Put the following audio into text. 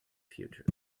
future